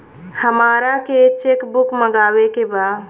हमारा के cheque book मगावे के बा?